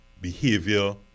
behavior